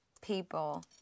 people